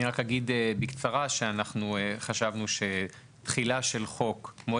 אני רק אגיד בקצרה, שחשבנו שמועד תחילה של חוק